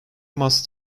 must